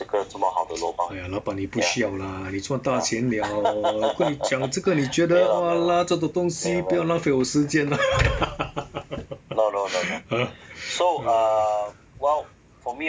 !aiya! 老板你不需要啦你赚大钱 liao 跟你讲这个你觉得 !walao! 这种东西不要浪费我时间啦